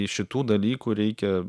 iš šitų dalykų reikia